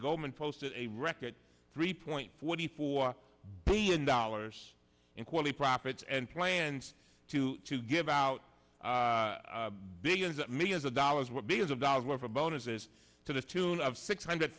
goldman posted a record three point forty four billion dollars in quality profits and plans to give out billions of millions of dollars with billions of dollars over bonuses to the tune of six hundred